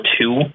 two